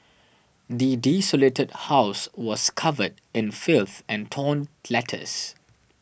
the desolated house was covered in filth and torn letters